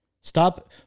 Stop